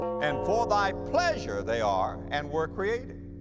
and for thy pleasure they are and were created.